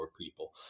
people